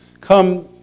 come